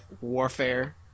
warfare